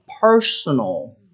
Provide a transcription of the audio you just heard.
personal